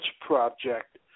Project